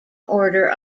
order